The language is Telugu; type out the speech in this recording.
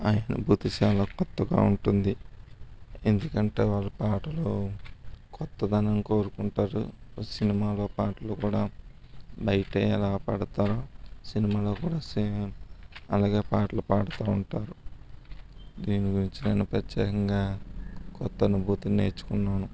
ఆ అనుభూతి చాల కొత్తగా ఉంటుంది ఎందుకంటే వాళ్ళ పాటలు కొత్తదనం కోరుకుంటారు సినిమాలో పాటలు కూడా బయట ఎలా పాడుతారో సినిమాలో కూడా సేమ్ అలాగే పాటలు పాడుతూ ఉంటారు దీని గురించి నేను ప్రత్యేకంగా కొత్త అనుభూతిని నేర్చుకున్నాను